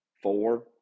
Four